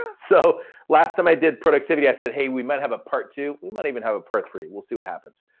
ah so last time i did productivity, i said, hey, we might have a part two, we might even have a part three, we'll see what happens.